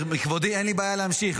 מכבודי אין לי בעיה להמשיך,